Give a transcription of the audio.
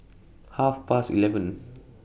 Half Past eleven